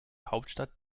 hauptstadt